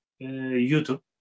YouTube